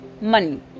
money